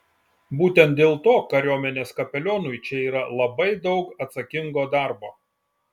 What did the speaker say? būtent dėl to kariuomenės kapelionui čia yra labai daug atsakingo darbo